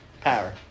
Power